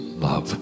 love